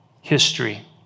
history